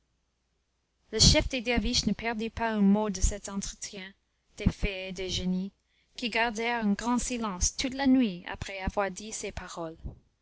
ne perdit pas un mot de cet entretien des fées et des génies qui gardèrent un grand silence toute la nuit après avoir dit ces paroles